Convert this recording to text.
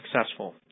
successful